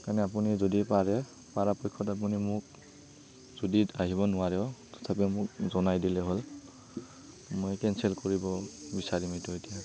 সেইকাৰণে আপুনি যদি পাৰে পাৰাপক্ষত আপুনি মোক যদি আহিব নোৱাৰেও তথাপিও মোক জনায় দিলে হ'ল মই কেনচেল কৰিব বিচাৰিম এইটো এতিয়া